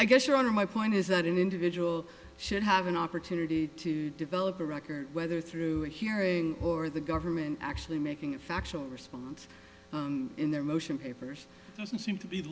i guess your honor my point is that an individual should have an opportunity to develop a record whether through a hearing or the government actually making a factual response in their motion papers doesn't seem to be